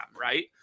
right